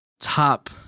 top